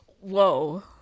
Whoa